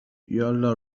یالا